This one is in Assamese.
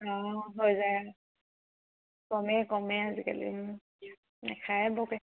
অঁ হৈ যায় কমেই কমে আজিকালি নেখাই বৰকে